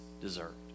deserved